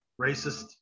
Racist